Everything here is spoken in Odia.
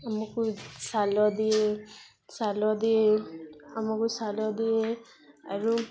ଆମକୁ ସାର ଦିଏ ସାର ଦିଏ ଆମକୁ ସାର ଦିଏ ଆରୁ